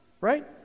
right